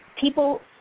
People